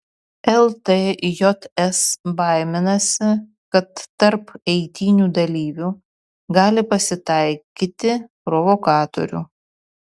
ltjs baiminasi kad tarp eitynių dalyvių gali pasitaikyti provokatorių